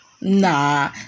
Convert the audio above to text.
Nah